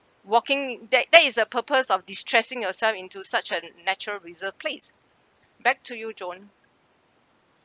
walking that that is a purpose of destressing yourself into such a natural reserve place back to you john